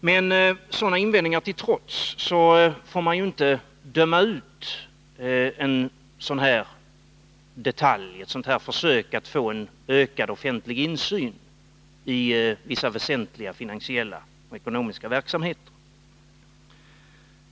Men sådana invändningar till trots får man inte döma ut ett sådant här försök att få en ökad offentlig insyn i vissa väsentliga finansiella och ekonomiska verksamheter.